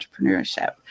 entrepreneurship